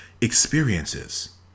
experiences